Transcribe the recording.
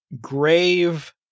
Grave